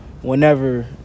whenever